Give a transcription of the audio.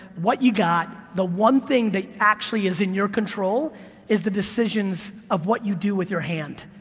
what you got, the one thing that actually is in your control is the decisions of what you do with your hand.